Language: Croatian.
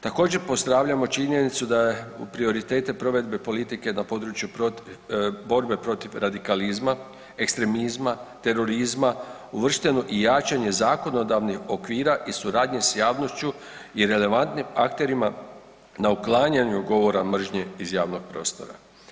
Također pozdravljamo činjenicu da je u prioritete provedbe politike na području borbe protiv radikalizma, ekstremizma, terorizma, uvršteno i jačanje zakonodavnih okvira i suradnje s javnošću i relevantnim akterima na uklanjanju govora mržnje iz javnog prostora.